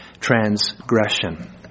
transgression